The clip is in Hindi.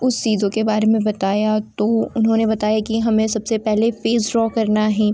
उस चीज़ों के बारे में बताया तो उन्होंने बताया कि हमें सबसे पहले पेज़ ड्रॉ करना है